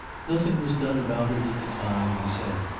nothing was done about it at the time, he said.